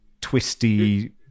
twisty